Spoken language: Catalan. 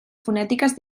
fonètiques